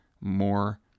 more